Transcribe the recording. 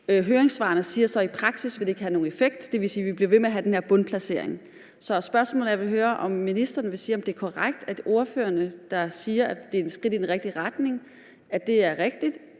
Høringssvarene siger så, at i praksis vil det ikke have nogen effekt. Det vil sige, at vi vil blive ved med at have den her bundplacering. Så mit spørgsmål er: Vil ministeren sige, om det er korrekt, når nogle af ordførerne siger, at det er et skridt i den rigtige retning, altså om det er rigtigt,